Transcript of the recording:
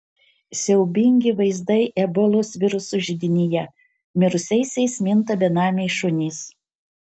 siaubingi vaizdai ebolos viruso židinyje mirusiaisiais minta benamiai šunys